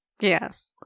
Yes